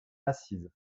assises